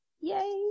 Yay